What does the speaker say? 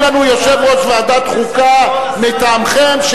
יהיה לנו יושב-ראש ועדת חוקה מטעמכם,